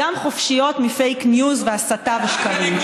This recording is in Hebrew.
חופשיות גם מפייק ניוז והסתה ושקרים.